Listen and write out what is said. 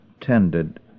tended